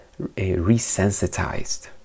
resensitized